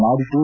ನಾಡಿದ್ದು